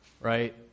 Right